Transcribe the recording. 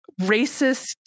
racist